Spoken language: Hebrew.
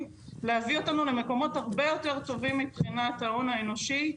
להביא אותנו למקומות הרבה יותר טובים מבחינת ההון האנושי.